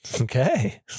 Okay